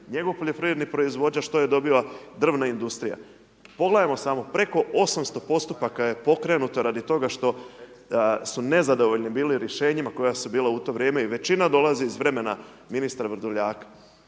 njegov poljoprivredni proizvođač, što je dobila državna industrija. Pogledajmo samo, preko 800 postupaka je pokrenuto radi toga što su nezadovoljni bili rješenjima koja su bila u to vrijeme i većina dolazi iz vremena ministra Vrdoljaka,